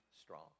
strong